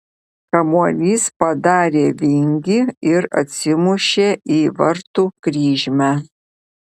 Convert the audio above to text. kamuolys padarė vingį ir atsimušė į vartų kryžmę